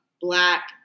black